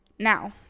Now